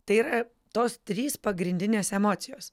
tai yra tos trys pagrindinės emocijos